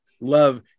love